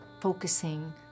focusing